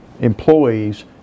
employees